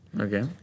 okay